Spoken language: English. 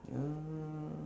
uh